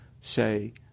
say